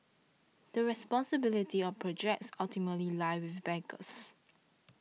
the responsibility of projects ultimately lie with backers